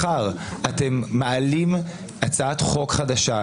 מחר אתם מעלים הצעת חוק חדשה,